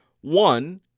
One